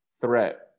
threat